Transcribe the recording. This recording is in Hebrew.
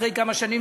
אחרי כמה שנים,